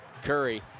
Curry